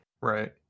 Right